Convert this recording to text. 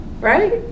Right